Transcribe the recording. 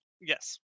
Yes